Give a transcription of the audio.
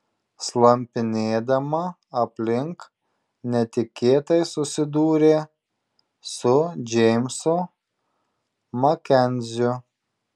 slampinėdama aplink netikėtai susidūrė su džeimsu makenziu